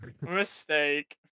Mistake